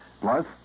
plus